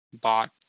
bought